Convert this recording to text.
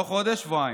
לא חודש, שבועיים: